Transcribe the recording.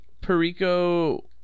Perico